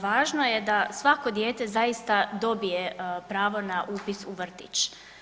Važno je da svako dijete zaista dobije pravo upis na vrtić.